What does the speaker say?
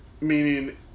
meaning